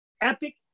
epic